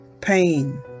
Pain